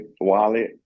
Wallet